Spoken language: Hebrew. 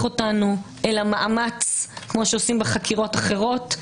אותנו אלא מאמץ כפי שעושים בחקירות אחרות,